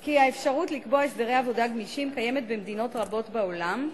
כי האפשרות לקבוע הסדרי עבודה גמישים קיימת במדינות רבות בעולם,